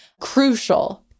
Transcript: crucial